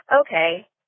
okay